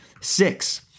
six